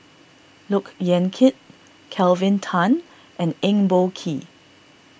Look Yan Kit Kelvin Tan and Eng Boh Kee